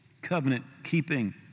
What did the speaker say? covenant-keeping